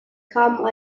kamen